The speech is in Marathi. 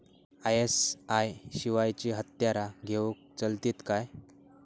आय.एस.आय शिवायची हत्यारा घेऊन चलतीत काय?